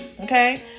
Okay